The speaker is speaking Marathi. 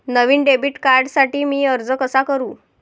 नवीन डेबिट कार्डसाठी मी अर्ज कसा करू?